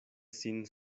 sin